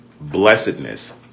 blessedness